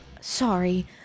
sorry